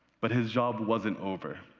but his job wasn't over,